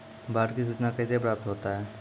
बाढ की सुचना कैसे प्राप्त होता हैं?